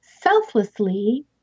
selflessly